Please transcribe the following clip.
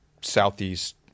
Southeast